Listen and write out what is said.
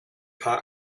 paar